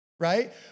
Right